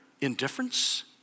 indifference